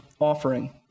offering